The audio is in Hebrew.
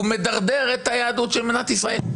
מדרדר את היהדות של מדינת ישראל.